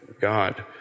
God